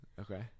Okay